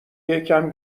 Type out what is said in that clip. یکم